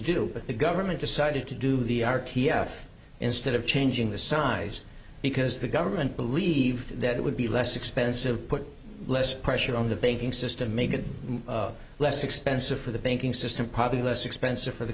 do but the government decided to do the ark e f instead of changing the size because the government believed that it would be less expensive put less pressure on the banking system make it less expensive for the banking system probably less expensive for the